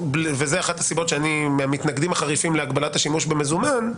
וזו אחת הסיבות שאני מהמתנגדים החריפים להגבלת השימוש במזומן,